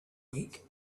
week